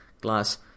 glass